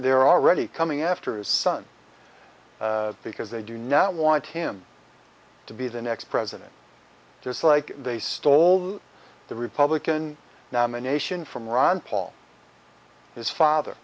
they're already coming after his son because they do not want him to be the next president just like they stole the republican nomination from ron paul his father